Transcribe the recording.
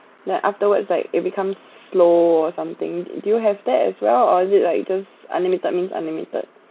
like afterwards like it becomes slow or something do you have that as well or is it like just unlimited means unlimited